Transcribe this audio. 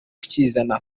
ukizana